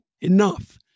enough